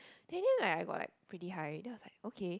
then in the end like I got like pretty high then I was like okay